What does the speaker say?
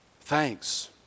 thanks